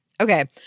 Okay